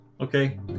Okay